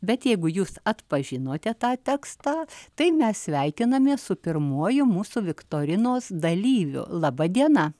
bet jeigu jūs atpažinote tą tekstą tai mes sveikiname su pirmuoju mūsų viktorinos dalyviu laba diena